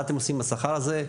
מה אתם עושים בשכר הזה?